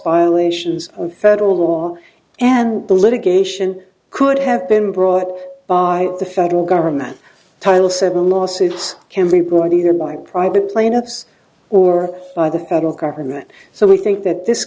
violations of federal law and the litigation could have been brought by the federal government title seven lawsuits can be brought either by private plane ups or by the federal government so we think that this